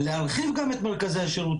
אנחנו מתכוונים גם להרחיב גם את מרכזי השירותים,